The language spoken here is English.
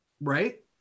right